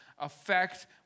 affect